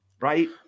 Right